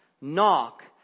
Knock